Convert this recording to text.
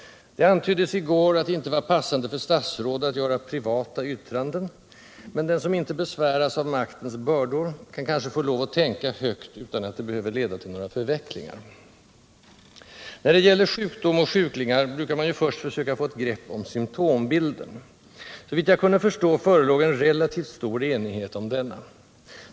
Det antyddes i går att det inte var passande för statsråd att göra ”privata” yttranden, men den som inte besväras av maktens bördor kan kanske få lov att tänka högt utan att det behöver leda till några förvecklingar. När det gäller sjukdom och sjuklingar brukar man ju först försöka få ett grepp om symptombilden. Såvitt jag kunde förstå förelåg en relativt stor enighet om denna.